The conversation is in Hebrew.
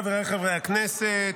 חבריי חברי הכנסת,